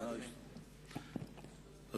לך יש שלוש דקות.